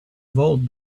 vault